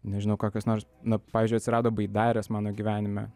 nežinau kokios nors na pavyzdžiui atsirado baidarės mano gyvenime